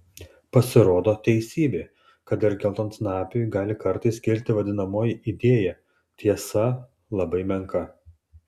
pasirodo teisybė kad ir geltonsnapiui gali kartais kilti vadinamoji idėja tiesa labai menka